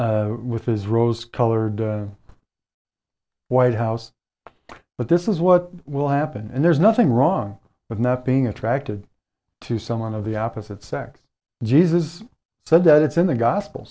it with his rose colored white house but this is what will happen and there's nothing wrong with that being attracted to someone of the opposite sex jesus so that it's in the gospel